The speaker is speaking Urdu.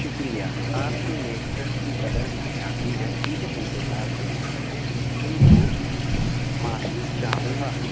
شکریہ آپ کی محنت کی قدر کی جاتی ہیں اس انتظار کے لیے میں بھی ان کو معافی چاہوں گا